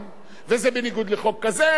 היו לנו אז שותפים, מתי מעט.